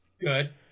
Good